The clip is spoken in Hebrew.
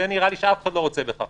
נראה לי שאף אחד לא רוצה בכך.